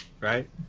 right